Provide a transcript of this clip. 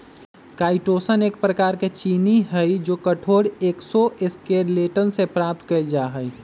chitosan एक प्रकार के चीनी हई जो कठोर एक्सोस्केलेटन से प्राप्त कइल जा हई